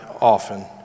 often